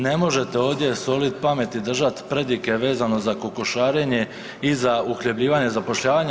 Ne možete ovdje solit pamet i držati predike vezano za kokošarenje i za uhljebljivanje, zapošljavanje.